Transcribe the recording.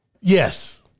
Yes